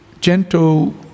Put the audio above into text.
gentle